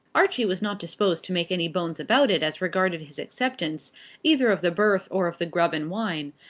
archie was not disposed to make any bones about it as regarded his acceptance either of the berth or of the grub and wine,